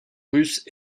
russe